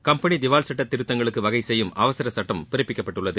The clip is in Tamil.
கம்பெனி திவால் சட்ட திருத்தங்களுக்கு வகை செய்யும் அவசர சட்டம் பிறப்பிக்கப்பட்டுள்ளது